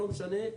לא משנה,